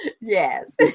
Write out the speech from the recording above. Yes